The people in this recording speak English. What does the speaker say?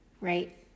right